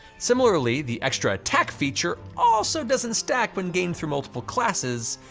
similarly, the extra attack feature also doesn't stack when gained through multiple classes,